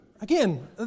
Again